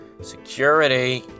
Security